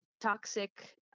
toxic